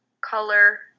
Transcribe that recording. color